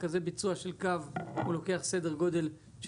כזה ביצוע של קו הוא לוקח סדר גודל של